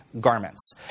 garments